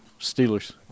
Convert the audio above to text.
Steelers